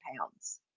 pounds